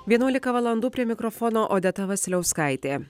viwnuolika valandų prie mikrofono odeta vasiliauskaitė